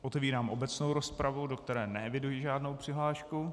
Otevírám obecnou rozpravu, do které neeviduji žádnou přihlášku.